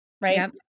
right